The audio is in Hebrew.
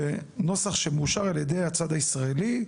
בנוסח שמאושר על ידי הצד הישראלי,